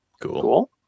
Cool